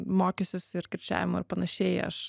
mokiusis ir kirčiavimo ir panašiai aš